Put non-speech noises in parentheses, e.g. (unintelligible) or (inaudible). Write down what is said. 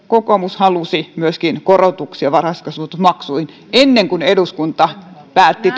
kokoomus halusi myöskin korotuksia varhaiskasvatusmaksuihin ennen kuin eduskunta päätti (unintelligible)